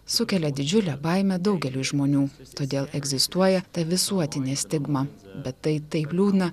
sukelia didžiulę baimę daugeliui žmonių todėl egzistuoja ta visuotinė stigma bet tai taip liūdna